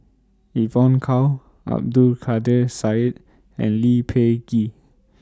Evon Kow Abdul Kadir Syed and Lee Peh Gee